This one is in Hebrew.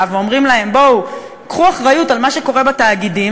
ואומרים להם: בואו קחו אחריות על מה שקורה בתאגידים,